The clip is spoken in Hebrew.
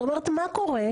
זאת אומרת מה קורה?